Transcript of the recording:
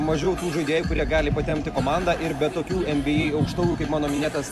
mažiau žaidėjų kurie gali patempti komandą ir be tokių nba aukštaūgių kaip mano minėtas